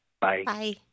Bye